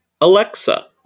alexa